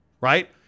Right